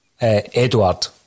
Edward